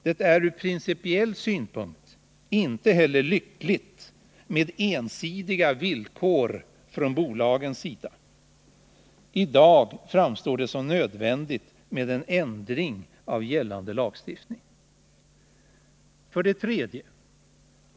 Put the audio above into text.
Det är från principiell synpunkt inte heller lyckligt med ensidiga villkor från bolagens sida. I dag framstår det som nödvändigt med en ändring av gällande lagstiftning. 3.